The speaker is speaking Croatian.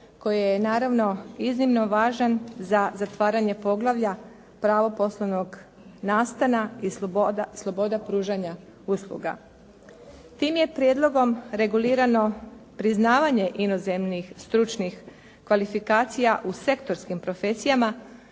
koji je naravno iznimno važan za zatvaranje poglavlja "Pravo poslovnog nastana i sloboda pružanja usluga". Tim je prijedlogom regulirano priznavanje inozemnih stručnih kvalifikacija u sektorskim profesijama